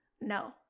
no